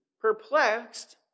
perplexed